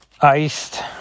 Iced